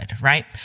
right